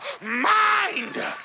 mind